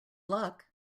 luck